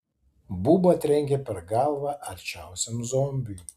buba trenkė per galvą arčiausiam zombiui